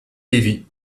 levy